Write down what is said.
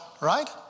right